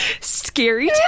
Scary